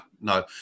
no